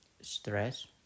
stress